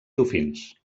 dofins